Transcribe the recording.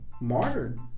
martyred